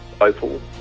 opal